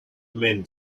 men